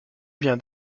bien